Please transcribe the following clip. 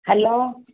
hello